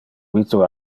vita